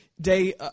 day